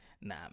nah